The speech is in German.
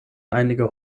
einige